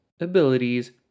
abilities